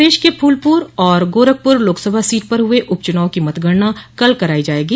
प्रदेश के फूलपुर और गोरखपुर लोकसभा सीट पर हुये उप चुनाव की मतगणना कल कराई जायेगी